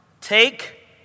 take